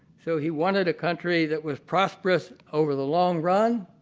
so he wanted a country that was prosperous over the long run,